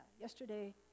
yesterday